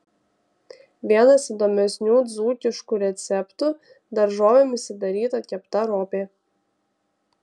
vienas įdomesnių dzūkiškų receptų daržovėmis įdaryta kepta ropė